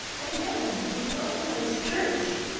and then the organized church,